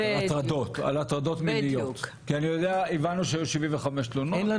הבנו שהיו 75 תלונות.